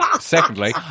Secondly